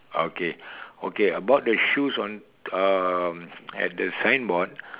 okay okay about the shoes on um at the signboard